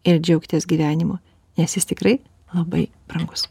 ir džiaukitės gyvenimu nes jis tikrai labai brangus